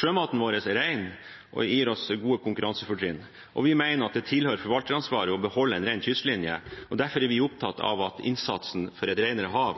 Sjømaten vår er ren og gir oss gode konkurransefortrinn, og vi mener at det tilhører forvalteransvaret å beholde en ren kystlinje. Derfor er vi opptatt av at vi må gå foran i innsatsen for et renere hav.